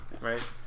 Right